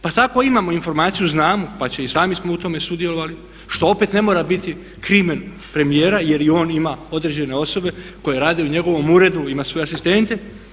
Pa tako imamo informaciju znamo pa i sami smo u tome sudjelovali što opet ne mora biti krimen premijera jer i on ima određene osobe koje rade u njegovom uredu, ima svoje asistente.